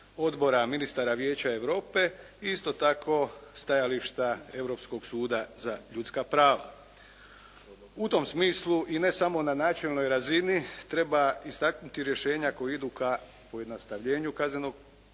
odbora ministara Vijeća Europe i isto tako stajališta Europskog suda za ljudska prava. U tom smislu i ne samo na načelnoj razini treba istaknuti rješenja koja idu ka pojednostavljenju kaznenog